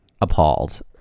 appalled